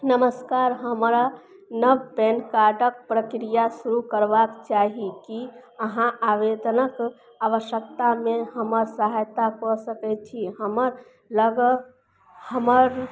नमस्कार हमरा नव पेन कार्डके प्रक्रिया शुरू करबाक चाही की अहाँ आवेदनक आवश्यकतामे हमर सहायता कऽ सकैत छी हमर लग हमर